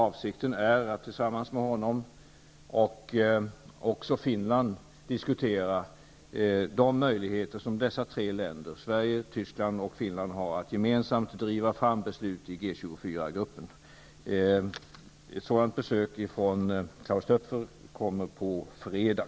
Avsikten är att tillsammans med honom och även Finlands representant diskutera de möjligheter som dessa tre länder -- Sverige, Tyskland och Finland -- har att gemensamt driva fram beslut i G-24-gruppen. Ett sådan besök från Klaus Töpfer kommer på fredag.